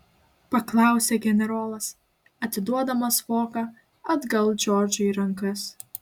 paklausė generolas atiduodamas voką atgal džordžui į rankas